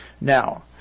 Now